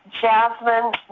jasmine